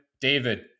David